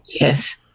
yes